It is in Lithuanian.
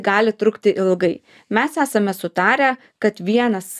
gali trukti ilgai mes esame sutarę kad vienas